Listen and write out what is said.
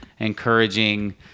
encouraging